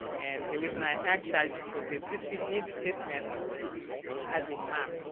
and the reason i ask that is because the district needs statement has a map,